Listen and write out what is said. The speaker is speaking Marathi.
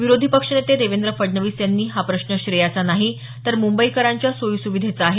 विरोधी पक्षनेते देवेंद्र फडणवीस यांनी हा प्रश्न श्रेयाचा नाही तर मुंबईकरांच्या सोयी सुविधेचा आहे